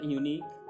unique